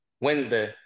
wednesday